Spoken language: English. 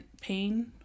pain